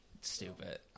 stupid